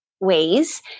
ways